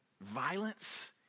Violence